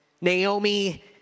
Naomi